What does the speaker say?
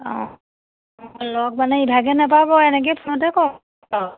অঁ লগ মানে ইভাগে নাপাব এনেকে ফোনতে কওক